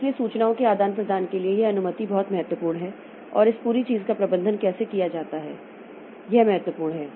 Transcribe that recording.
इसलिए सूचनाओं के आदान प्रदान के लिए यह अनुमति बहुत महत्वपूर्ण है और इस पूरी चीज़ का प्रबंधन कैसे किया जाता है यह महत्वपूर्ण है